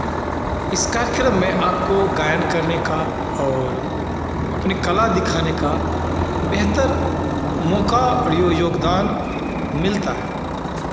इस कार्यक्रम में आपको गायन करने का और अपनी कला दिखाने का बेहतर मौका और योगदान मिलता है